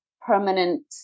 permanent